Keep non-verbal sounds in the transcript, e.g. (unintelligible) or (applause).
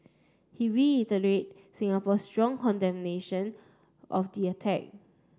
he (unintelligible) Singapore's strong condemnation of the attack